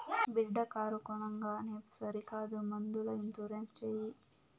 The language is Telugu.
బిడ్డా కారు కొనంగానే సరికాదు ముందల ఇన్సూరెన్స్ చేయి